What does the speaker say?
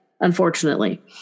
unfortunately